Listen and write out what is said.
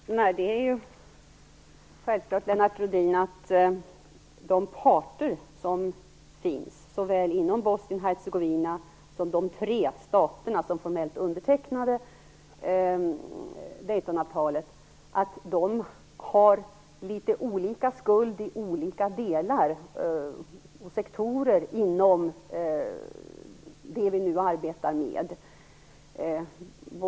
Herr talman! Det är självklart, Lennart Rohdin, att de parter som finns, såväl inom Bosnien-Hercegovina som i de tre stater som formellt undertecknade Daytonavtalet, har litet olika skuld i olika delar och sektorer inom det vi nu arbetar med.